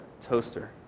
toaster